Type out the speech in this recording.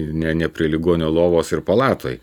ne ne prie ligonio lovos ir palatoj